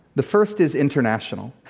the first is international.